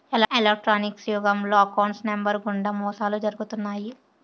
electronics యుగంలో account నెంబర్లు గుండా మోసాలు జరుగుతున్నాయి